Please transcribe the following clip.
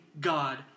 God